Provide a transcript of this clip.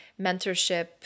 mentorship